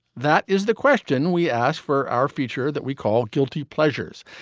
that is the question we asked for our feature that we call guilty pleasures.